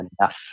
enough